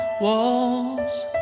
walls